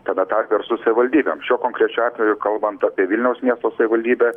tame tarpe ir su savivaldybėm šiuo konkrečiu atveju kalbant apie vilniaus miesto savivaldybę